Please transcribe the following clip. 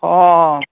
অঁ